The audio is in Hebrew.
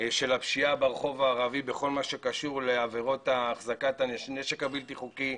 של הפשיעה ברחוב הערבי בכל מה שקשור לעבירות החזקת הנשק הבלתי חוקי,